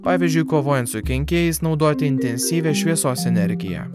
pavyzdžiui kovojant su kenkėjais naudoti intensyvią šviesos energiją